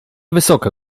wysoka